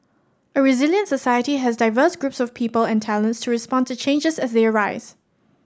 a resilient society has diverse groups of people and talents to respond to changes as they arise